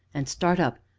and start up,